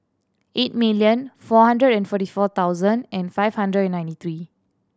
eight million four hundred and forty four thousand and five hundred and ninety three